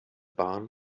bahn